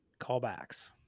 callbacks